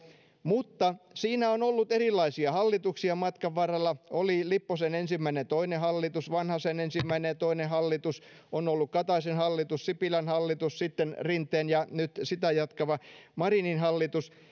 mutta siinä on ollut erilaisia hallituksia matkan varrella oli lipposen ensimmäinen ja toinen hallitus vanhasen ensimmäinen ja toinen hallitus on ollut kataisen hallitus sipilän hallitus sitten rinteen ja nyt sitä jatkava marinin hallitus